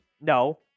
no